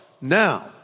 Now